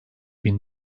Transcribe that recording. bin